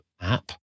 app